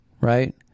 right